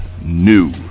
new